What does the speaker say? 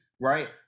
right